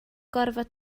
gorfod